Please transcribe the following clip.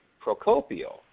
Procopio